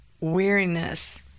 weariness